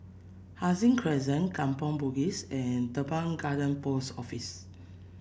Hai Sing Crescent Kampong Bugis and Teban Garden Post Office